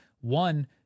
One